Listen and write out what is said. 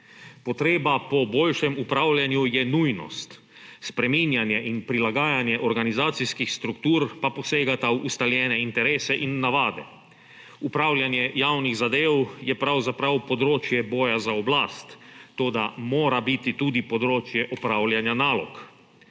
Potreba po boljšem upravljanju je nujnost, spreminjanje in prilaganje organizacijskih struktur pa posegata v ustaljene interese in navade. Upravljanje javnih zadev je področje boja za oblast, toda mora biti tudi področje opravljanja nalog.